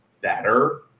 better